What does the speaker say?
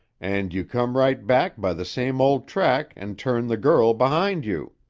and you come right back by the same old track and turn the girl behind you.